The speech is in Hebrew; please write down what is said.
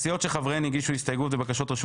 הסיעות שחבריהן הגישו הסתייגות ובקשות רשות